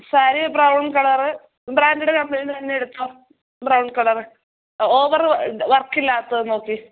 sari brown colour branded കമ്പനിയുടെ തന്നെ എടുത്തോ ബ്രൗൺ കളർ ഓവർ വർക്ക് ഇല്ലാത്തത് നോക്കി